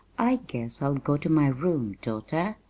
i guess i'll go to my room, daughter.